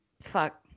Fuck